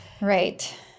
right